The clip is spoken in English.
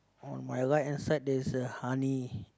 on my right hand side there's a honey